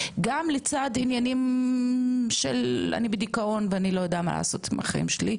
גם לצד עניינים של אני בדיכאון ואני לא יודע מה לעשות עם החיים שלי.